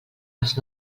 als